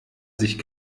sich